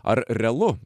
ar realu